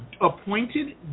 appointed